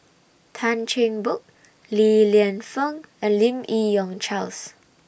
Tan Cheng Bock Li Lienfung and Lim Yi Yong Charles